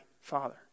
Father